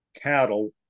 cattle